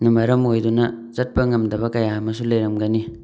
ꯅ ꯃꯔꯝ ꯑꯣꯏꯗꯨꯅ ꯆꯠꯄ ꯉꯝꯗꯕ ꯀꯌꯥ ꯑꯃꯁꯨ ꯂꯩꯔꯝꯒꯅꯤ